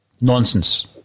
Nonsense